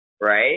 right